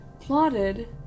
plotted